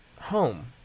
home